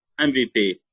MVP